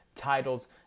titles